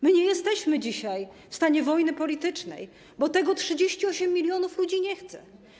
My nie jesteśmy dzisiaj w stanie wojny politycznej, bo tego 38 mln ludzi nie chce.